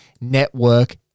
Network